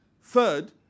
Third